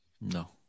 No